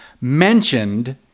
mentioned